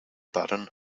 button